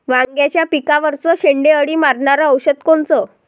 वांग्याच्या पिकावरचं शेंडे अळी मारनारं औषध कोनचं?